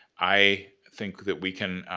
i think that we can